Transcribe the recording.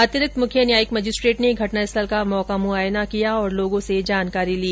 अतिरिक्त मुख्य न्यायिक मजिस्ट्रेट ने घटना स्थल का मौका मुआयना किया और लोगों से जानकारी ली